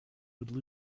would